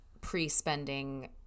pre-spending